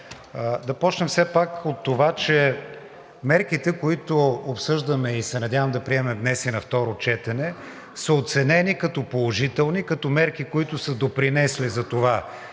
Да почнем все пак от това, че мерките, които обсъждаме и се надявам да приемем днес и на второ четене, са оценени като положителни, като мерки, които са допринесли за това